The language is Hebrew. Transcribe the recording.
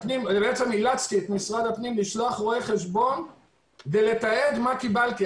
אילצתי את משרד הפנים לשלוח רואה חשבון כדי לתעד מה קיבלתי.